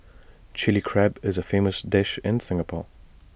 Chilli Crab is A famous dish in Singapore